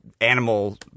animal